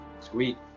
Sweet